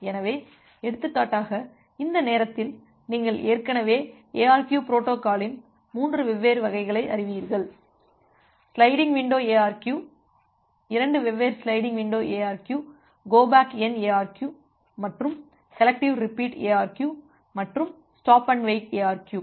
எனவே எடுத்துக்காட்டாக இந்த நேரத்தில் நீங்கள் ஏற்கனவே எஅர்கியு பொரோட்டோகாளின் மூன்று வெவ்வேறு வகைகளை அறிவீர்கள் சிலைடிங் விண்டோ எஅர்கியு இரண்டு வெவ்வேறு sliding window ARQ go back N ARQ மற்றும் செலெக்டிவ் ரிப்பீட் எஅர்கியு மற்றும் ஸ்டாப் அண்டு வெயிட் எஅர்கியு